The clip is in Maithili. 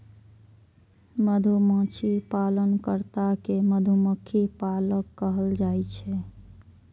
मधुमाछी पालन कर्ता कें मधुमक्खी पालक कहल जाइ छै